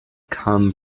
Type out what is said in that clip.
come